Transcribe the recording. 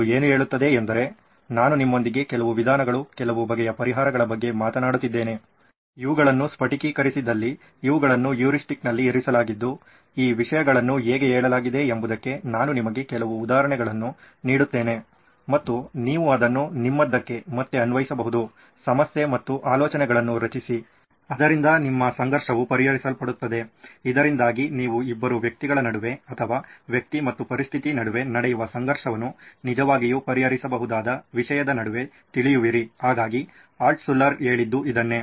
ಅದು ಏನು ಹೇಳುತ್ತದೆ ಎಂದರೆ ನಾನು ನಿಮ್ಮೊಂದಿಗೆ ಕೆಲವು ವಿಧಾನಗಳು ಕೆಲವು ಬಗೆಯ ಪರಿಹಾರಗಳ ಬಗ್ಗೆ ಮಾತನಾಡುತ್ತಿದ್ದೇನೆ ಇವುಗಳನ್ನು ಸ್ಫಟಿಕೀಕರಿಸಿದಲ್ಲಿ ಇವುಗಳನ್ನು ಹ್ಯೂರಿಸ್ಟಿಕ್ಸ್ನಲ್ಲಿ ಇರಿಸಲಾಗಿದ್ದು ಈ ವಿಷಯಗಳನ್ನು ಹೇಗೆ ಹೇಳಲಾಗಿದೆ ಎಂಬುದಕ್ಕೆ ನಾನು ನಿಮಗೆ ಕೆಲವು ಉದಾಹರಣೆಗಳನ್ನು ನೀಡುತ್ತೇನೆ ಮತ್ತು ನೀವು ಅದನ್ನು ನಿಮ್ಮದಕ್ಕೆ ಮತ್ತೆ ಅನ್ವಯಿಸಬಹುದು ಸಮಸ್ಯೆ ಮತ್ತು ಆಲೋಚನೆಗಳನ್ನು ರಚಿಸಿ ಅದರಿಂದ ನಿಮ್ಮ ಸಂಘರ್ಷವು ಪರಿಹರಿಸಲ್ಪಡುತ್ತದೆ ಇದರಿಂದಾಗಿ ನೀವು ಇಬ್ಬರು ವ್ಯಕ್ತಿಗಳ ನಡುವೆ ಅಥವಾ ವ್ಯಕ್ತಿ ಮತ್ತು ಪರಿಸ್ಥಿತಿ ನಡುವೆ ನಡೆಯುವ ಸಂಘರ್ಷವನ್ನು ನಿಜವಾಗಿಯೂ ಪರಿಹರಿಸಬಹುದಾದ ವಿಷಯದ ನಡುವೆ ತಿಳಿಯುವಿರಿ ಹಾಗಾಗಿ ಆಲ್ಟ್ಶುಲ್ಲರ್ ಹೇಳಿದ್ದು ಇದನ್ನೇ